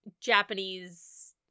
Japanese